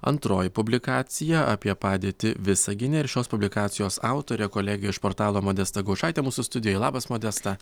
antroji publikacija apie padėtį visagine ir šios publikacijos autorė kolegė iš portalo modesta gaušaitė mūsų studijoje labas modesta